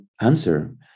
answer